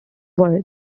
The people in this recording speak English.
were